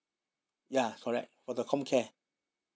ya correct for the comcare